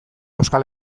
euskal